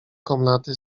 komnaty